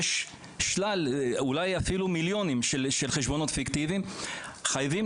יש מיליונים של חשבונות פיקטיביים וחייבים